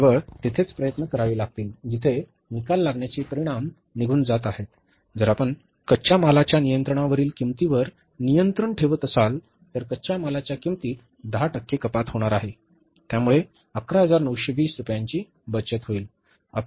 केवळ तेथेच प्रयत्न करावे लागतील जिथे निकाल लागण्याचे परिणाम निघून जात आहेत जर आपण कच्च्या मालाच्या नियंत्रणावरील किंमतीवर नियंत्रण ठेवत असाल तर कच्च्या मालाच्या किंमतीत 10 टक्के कपात होणार आहे त्यामुळे 11920 रुपयांची बचत होईल